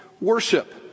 worship